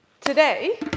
Today